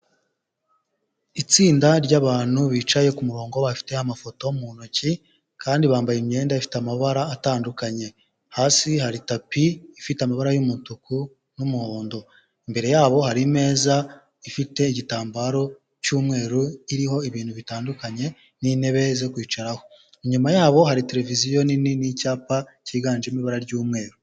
Itsinda ry'abantu bicaye ku murongo, bafite amafoto mu ntoki kandi bambaye imyenda ifite amabara atandukanye, hasi hari tapi ifite amabara y'umutuku n'umuhondo, imbere yabo hari imeza ifite igitambaro cy'umweru, iriho ibintu bitandukanye, n'intebe zo kwicaraho, inyuma yabo hari tereviziyo nini n'icyapa kiganjemo ibara ry'umweru.